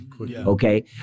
Okay